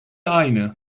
aynı